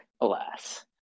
alas